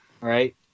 right